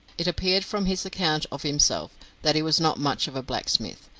it appeared from his account of himself that he was not much of a blacksmith.